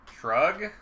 Shrug